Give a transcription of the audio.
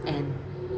and